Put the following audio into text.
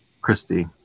Christy